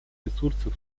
ресурсов